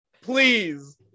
Please